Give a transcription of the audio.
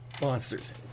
monsters